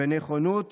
ונכונות